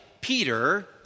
Peter